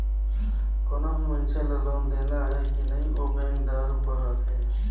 कोनो भी मइनसे ल लोन देना अहे कि नई ओ बेंकदार उपर रहथे